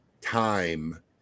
time